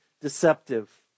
deceptive